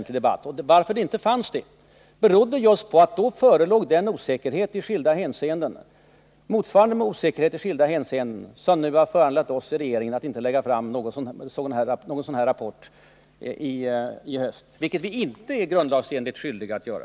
Att regeringen ansåg sig inte kunna förelägga riksdagen detta material berodde just på att det då i skilda hänseenden förelåg en osäkerhet, motsvarande den som nu har föranlett oss i regeringen att inte lägga fram någon sådan här rapport i höst — vilket vi inte är grundlagsenligt skyldiga att göra.